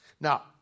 Now